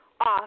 off